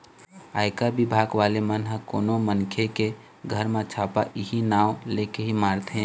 आयकर बिभाग वाले मन ह कोनो मनखे के घर म छापा इहीं नांव लेके ही मारथे